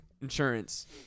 insurance